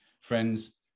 friends